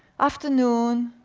afternoon,